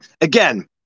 again